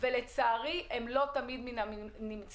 אבל לצערי הם לא תמיד בנמצא,